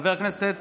חבר הכנסת